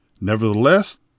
Nevertheless